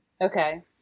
Okay